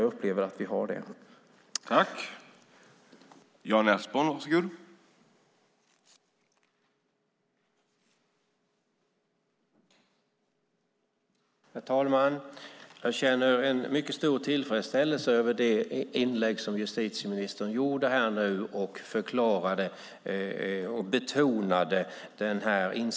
Jag upplever att vi har gjort det.